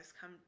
come